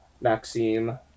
maxime